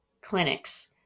clinics